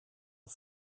een